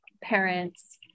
parents